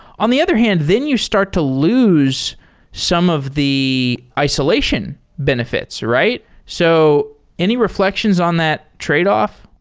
on the other hand, then you start to lose some of the isolation benefits, right? so any reflections on that tradeoff?